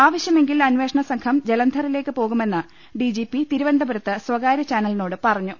ആവശ്യമെങ്കിൽ അന്വേഷണസംഘം ജലന്ധറി ലേക്ക് പോകുമെന്ന് ഡ്രിജിപി തിരുവനന്തപുരത്ത് സ്വകാര്യ ചാന ലിനോട് പറഞ്ഞു